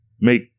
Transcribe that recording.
make